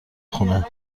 خونه